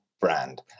brand